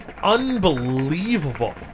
Unbelievable